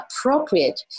appropriate